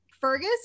Fergus